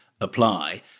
apply